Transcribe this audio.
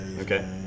Okay